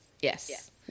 Yes